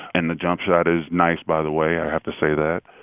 and the jump shot is nice, by the way. i have to say that.